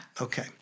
Okay